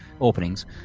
openings